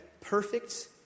perfect